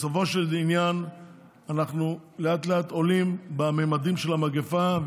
בסופו של עניין אנחנו לאט-לאט עולים בממדים של המגפה,